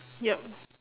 yup